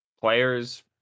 players